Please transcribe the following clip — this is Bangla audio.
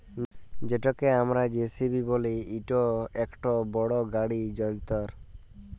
যেটকে আমরা জে.সি.বি ব্যলি ইট ইকট বড় গাড়ি যল্তর